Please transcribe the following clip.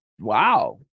wow